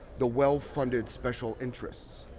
the well-funded special interests.